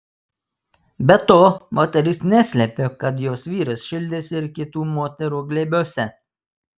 be to moteris neslėpė kad jos vyras šildėsi ir kitų moterų glėbiuose